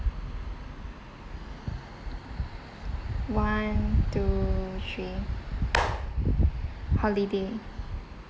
one two three holiday